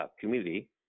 community